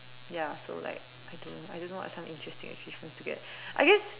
ya so like I don't know I don't know what some interesting achievements to get I guess